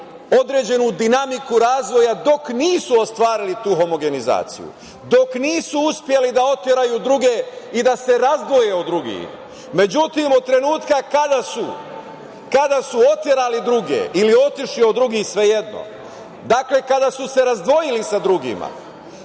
određenu dinamiku razvoja dok nisu ostvarili tu homogenizaciju, dok nisu uspeli da oteraju druge i da se razdvoje od drugih. Međutim, od trenutka kada su oterali druge ili otišli od drugih, svejedno. Dakle, kada su se razdvojili sa drugima,